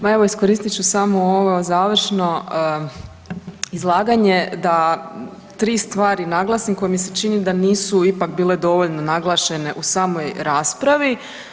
Ma evo iskoristit ću samo ovo završno izlaganje da tri stvari naglasim koje mi se čini da nisu ipak bile dovoljno naglašene u samoj raspravi.